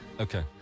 Okay